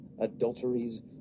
adulteries